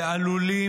ועלולים,